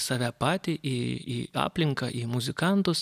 save patį į į aplinką į muzikantus